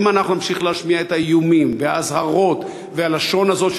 אם אנחנו נמשיך להשמיע את האיומים והאזהרות וננקוט את הלשון הזאת,